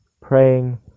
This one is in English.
praying